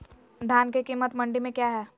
धान के कीमत मंडी में क्या है?